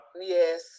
Yes